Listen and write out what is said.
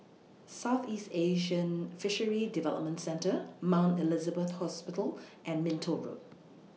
Southeast Asian Fisheries Development Centre Mount Elizabeth Hospital and Minto Road